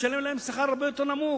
תשלם להם שכר הרבה יותר נמוך,